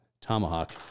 tomahawk